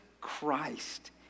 Christ